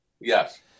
Yes